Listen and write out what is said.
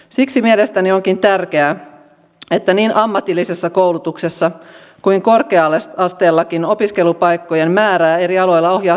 siksi mielestäni onkin tärkeää että niin ammatillisessa koulutuksessa kuin korkea asteellakin opiskelupaikkojen määrää eri aloilla ohjaa työllistyminen